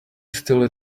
still